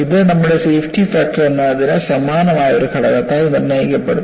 ഇത് നമ്മുടെ safety factor എന്നതിന് സമാനമായ ഒരു ഘടകത്താൽ നിർണ്ണയിക്കപ്പെടുന്നു